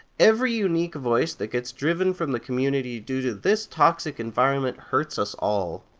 every unique voice that gets driven from the community due to this toxic environment hurts us all.